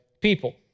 people